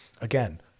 Again